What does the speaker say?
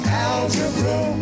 algebra